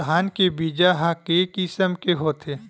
धान के बीजा ह के किसम के होथे?